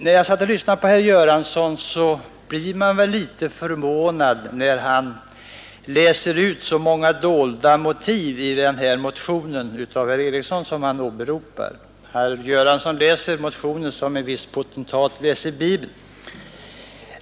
När jag lyssnade på herr Göransson, blev jag också litet förvånad därför att han i den här motionen av herr Ericsson i Åtvidaberg ville finna så många dolda motiv. Herr Göransson läste motionen som en viss potentat läser Bibeln.